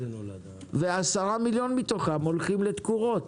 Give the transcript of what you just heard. ו-10 מיליון מתוכם הולכים לתקורות,